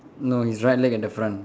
no his right leg at the front